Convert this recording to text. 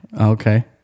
Okay